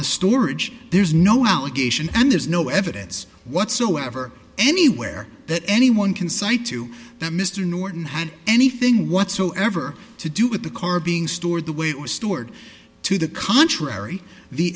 the storage there's no allegation and there's no evidence whatsoever anywhere that anyone can cite to that mr norton had anything whatsoever to do with the car being stored the way it was stored to the contrary the